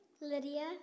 Lydia